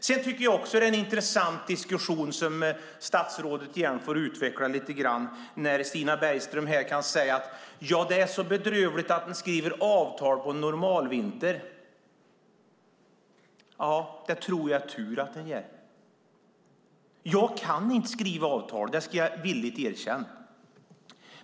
Jag tycker också att det är en intressant diskussion, och även den ska statsrådet få utveckla lite grann, när Stina Bergström säger att det är bedrövligt att man skriver avtal på normalvinter. Jag tror att det är tur att man gör det. Jag kan inte skriva avtal; det ska jag villigt erkänna.